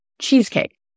cheesecake